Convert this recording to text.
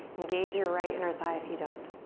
engage your right inner thigh if you don't.